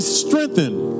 strengthened